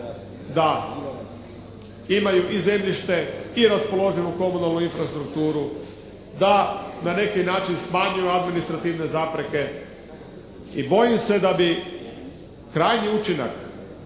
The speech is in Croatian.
da imaju i zemljište i raspoloživu komunalnu infrastrukturu. Da na neki način smanjuju administrativne zapreke i bojim se da bi krajnji učinak